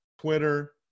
Twitter